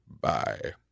bye